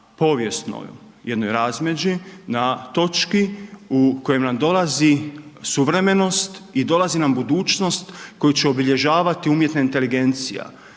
povijesnoj jednoj razmeđi, jednoj točki u kojoj nam dolazi suvremenost i dolazi nam budućnost koju će obilježavati umjetna inteligencija,